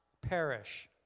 perish